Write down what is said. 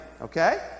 okay